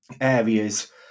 areas